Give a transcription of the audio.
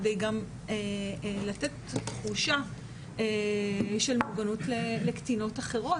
כדי גם לתת תחושה של מוגנות לקטינות אחרות,